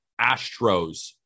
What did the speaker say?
Astros